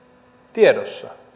tiedossa